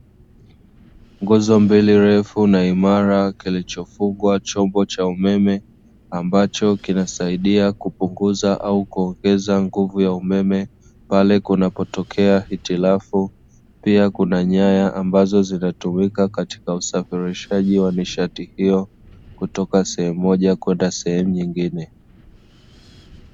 Nguzo mbili refu na imara kilichofungwa chombo cha umeme ambacho kinasaidia kupunguza au kuongeza nguvu ya umeme pale kunapotokea hitilafu. Pia kuna nyaya ambazo zinatumika katika usafirishaji wa nishati hiyo kutoka sehemu moja hadi nyingine.